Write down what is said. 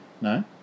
No